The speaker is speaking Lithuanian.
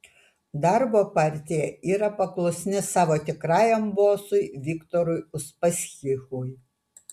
darbo partija yra paklusni savo tikrajam bosui viktorui uspaskichui